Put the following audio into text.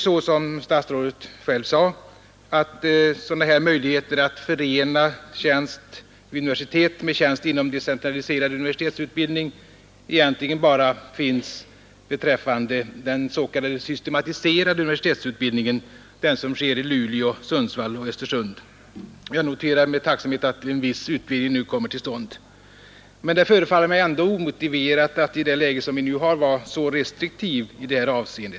Som statsrådet själv sade finns möjligheten att förena tjänst vid universitet med tjänst inom decentraliserad universitetsutbildning egentligen bara beträffande den s.k. systematiserade universitetsutbildningen — den som bedrivs i Luleå, Sundsvall och Östersund. Jag noterar med tacksamhet att en viss utvidgning nu kommer till stånd på dessa orter. Men det förefaller mig ändå omotiverat att i det läge som nu råder vara så restriktiv i detta avseende.